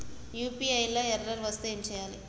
UPI లా error వస్తే ఏం చేయాలి?